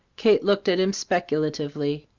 kate looked at him speculatively.